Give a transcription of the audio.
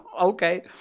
Okay